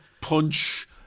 punch